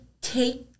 take